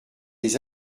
des